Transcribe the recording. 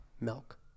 milk